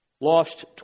lost